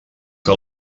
que